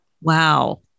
Wow